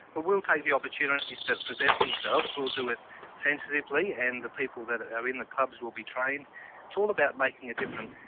we'll take kind of the opportunities that present themselves. we'll do it sensitively and the people that are in the clubs will be trained. it's all about making a difference.